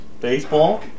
Baseball